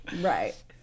Right